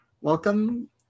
welcome